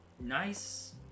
nice